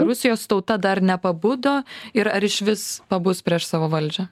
rusijos tauta dar nepabudo ir ar išvis pabus prieš savo valdžią